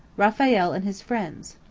raphael and his friends.